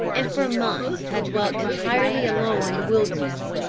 and for months had dwelt entirely alone in the wilderness,